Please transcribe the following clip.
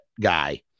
guy